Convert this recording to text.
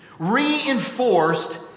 reinforced